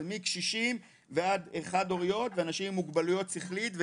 אבל מקשישים ועד חד הוריות ואנשים עם מוגבלויות שכלית,